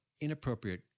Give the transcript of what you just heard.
inappropriate